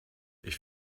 ich